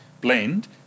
blend